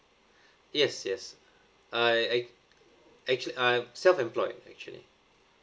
yes yes I ac~ actually I'm self employed actually